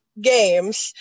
games